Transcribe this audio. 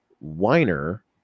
whiner